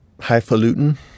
highfalutin